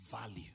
Value